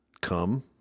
come